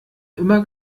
immer